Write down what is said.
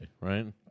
right